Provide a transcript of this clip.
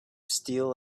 steel